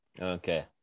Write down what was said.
Okay